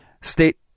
State